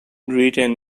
written